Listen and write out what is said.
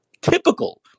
Typical